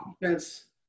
Defense